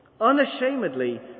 Unashamedly